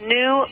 new